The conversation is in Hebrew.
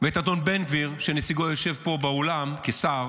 ואת אדון בן גביר, שנציגו יושב פה באולם כשר,